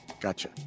Gotcha